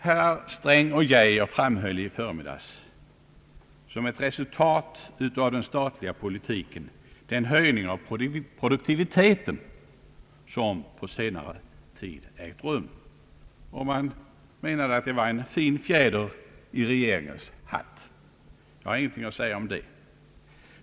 Herrar Sträng och Geijer framhöll i förmiddags som ett resultat av den statliga politiken den höjning av produktiviteten som på senare tid ägt rum, och man menade att det var en fin fjäder i regeringens hatt. Jag har ingenting att säga om det.